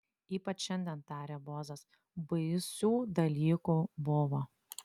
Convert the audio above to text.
ypač šiandien tarė bozas baisių dalykų buvo